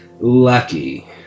lucky